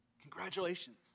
congratulations